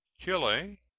chile,